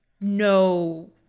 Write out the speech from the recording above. no